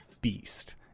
beast